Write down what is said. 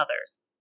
others